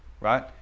right